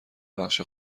بخش